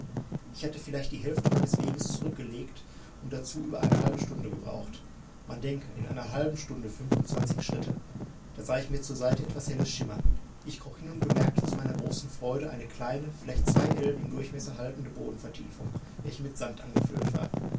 ich hatte vielleicht die hälfte meines weges zurückgelegt und dazu über eine halbe stunde gebraucht man denke in einer halben stunde fünfundzwanzig schritte da sah ich mir zur seite etwas helles schimmern ich kroch hin und bemerkte zu meiner großen freude eine kleine vielleicht zwei ellen im durchmesser haltende bodenvertiefung welche mit sand angefüllt war